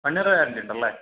one year warranty ഉണ്ടല്ലേ